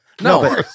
No